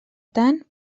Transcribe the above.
tant